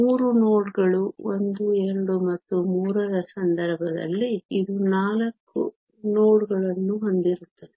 3 node ಗಳ 1 2 ಮತ್ತು 3 ರ ಸಂದರ್ಭದಲ್ಲಿ ಇದು 4 ನೋಡ್ ಗಳನ್ನು ಹೊಂದಿರುತ್ತದೆ